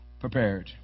prepared